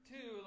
Two